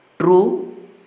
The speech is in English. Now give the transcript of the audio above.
true